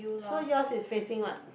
so yours is facing what